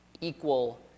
equal